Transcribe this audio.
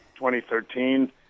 2013